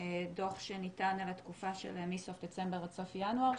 דוח שניתן על התקופה של מסוף דצמבר עד סוף ינואר,